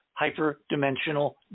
hyperdimensional